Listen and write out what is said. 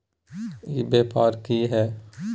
ई व्यापार की हाय?